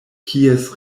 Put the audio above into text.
kies